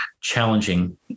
challenging